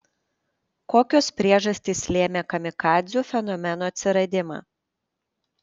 kokios priežastys lėmė kamikadzių fenomeno atsiradimą